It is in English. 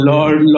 Lord